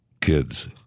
kids